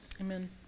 Amen